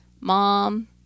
mom